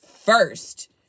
first